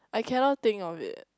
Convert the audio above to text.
I cannot think of it